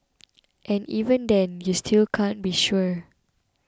and even then you still can't be sure